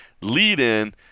lead-in